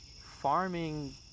farming